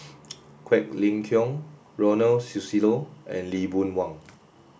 Quek Ling Kiong Ronald Susilo and Lee Boon Wang